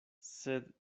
sed